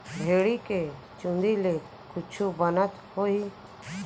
भेड़ी के चूंदी ले कुछु बनत होही?